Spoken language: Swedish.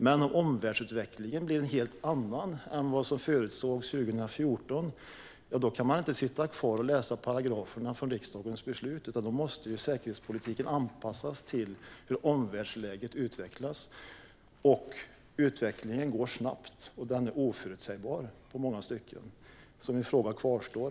Men om omvärldsutvecklingen blir en helt annan än vad som förutsågs 2014 kan man inte sitta kvar och läsa paragraferna från riksdagens beslut, utan då måste säkerhetspolitiken anpassas till hur omvärldsläget utvecklas. Utvecklingen går snabbt, och den är oförutsägbar i många stycken. Min fråga kvarstår.